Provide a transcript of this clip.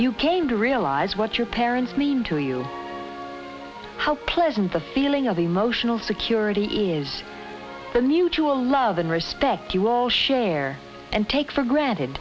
you came to realize what your parents mean to you how pleasant the feeling of emotional security is the mutual love and respect you all share and take for granted